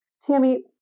Tammy